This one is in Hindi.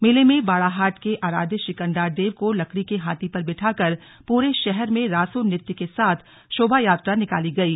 मेले में बाड़ाहाट के आराध्य श्री कण्डार देव को लकड़ी के हाथी पर बिठाकर पूरे शहर में रांसो नृत्य के साथ शोभायात्रा निकाली गयी